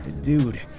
dude